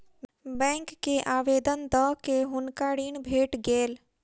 bank के आवेदन दअ के हुनका ऋण भेट गेल